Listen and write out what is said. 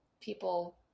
people